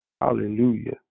Hallelujah